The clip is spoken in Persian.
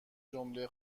جمله